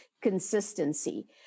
consistency